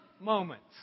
moments